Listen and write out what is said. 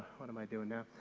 what am i doing now?